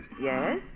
Yes